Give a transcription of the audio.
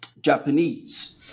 Japanese